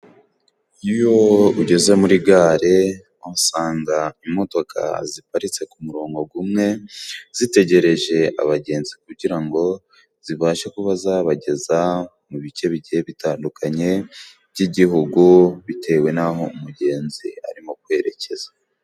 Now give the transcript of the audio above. Iyo ugeze muri Gare, usanga imodoka ziparitse ku murongo gumwe, zitegereje abagenzi kugira ngo zibashe kuba zabageza mu bice bike bitandukanye by'Igihugu, bitewe n'aho umugenzi arimo kwerekeza.